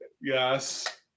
Yes